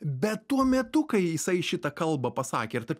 bet tuo metu kai jisai šitą kalbą pasakė ir taip